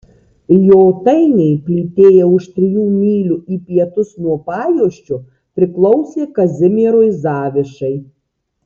jotainiai plytėję už trijų mylių į pietus nuo pajuosčio priklausė kazimierui zavišai